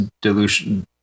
dilution